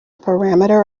parameter